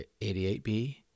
88B